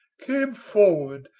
came forward,